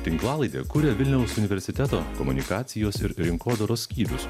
tinklalaidę kuria vilniaus universiteto komunikacijos ir rinkodaros skyrius